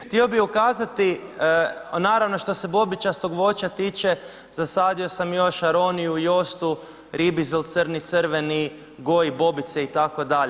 Htio bi ukazati naravno što se bobičastog voća tiče, zasadio sam još aroniju, jostu, ribizl crni, crveni, goji bobice itd.